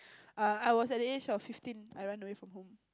uh I I was at the age fifteen I run away from home